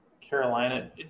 Carolina